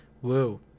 Whoa